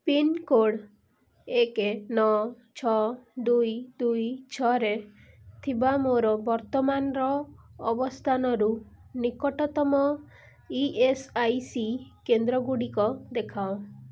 pincode ଏକେ ନଅ ଛଅ ଦୁଇ ଦୁଇ ଛଅରେ ଥିବା ମୋର ବର୍ତ୍ତମାନର ଅବସ୍ଥାନରୁ ନିକଟତମ ଇ ଏସ୍ ଆଇ ସି କେନ୍ଦ୍ରଗୁଡ଼ିକ ଦେଖାଅ